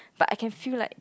but I can feel like